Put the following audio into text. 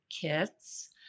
kits